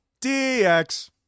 DX